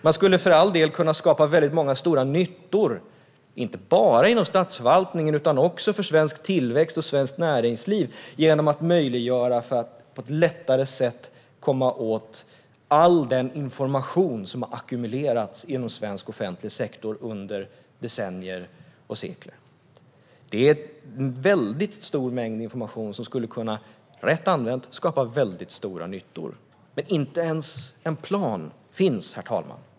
Man skulle för all del kunna skapa väldigt många stora nyttor, inte bara inom statsförvaltningen utan också för svensk tillväxt och svenskt näringsliv genom att möjliggöra för att på ett lättare sätt komma åt all den information som har ackumulerats inom svensk offentlig sektor under decennier och sekler. Det är en väldigt stor mängd information som rätt använd skulle kunna skapa väldigt stora nyttor. Men inte ens en plan finns, herr talman.